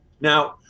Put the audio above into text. Now